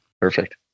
Perfect